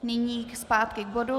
Nyní zpátky k bodu.